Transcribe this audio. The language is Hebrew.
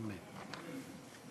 אמן.